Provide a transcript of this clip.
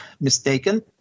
mistaken